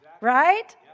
Right